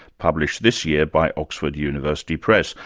published this year by oxford university press.